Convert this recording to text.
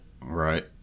Right